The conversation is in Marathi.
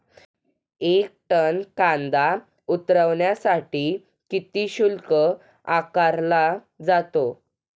एक टन कांदा उतरवण्यासाठी किती शुल्क आकारला जातो?